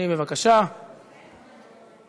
התשע"ז 2017,